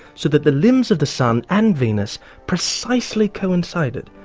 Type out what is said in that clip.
so that the limbs of the sun and venus precisely coincided,